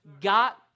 got